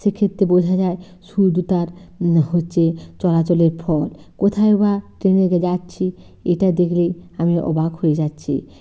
সে ক্ষেত্রে বোঝা যায় শুধু তার হচ্চে চলাচলের ফল কোথায় বা ট্রেনে যাচ্ছি এটা দেখলেই আমি অবাক হয়ে যাচ্ছি